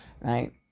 right